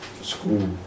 school